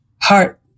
Heart